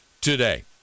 today